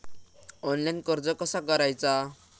Online कर्ज कसा करायचा?